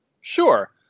Sure